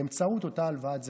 באמצעות אותה הלוואת זכאות.